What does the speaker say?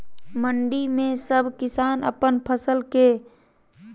मंडी में सब किसान अपन फसल बेच सको है?